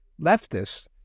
leftists